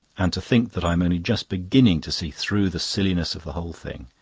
and to think that i'm only just beginning to see through the silliness of the whole thing!